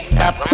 Stop